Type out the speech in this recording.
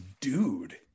dude